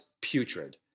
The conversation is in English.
putrid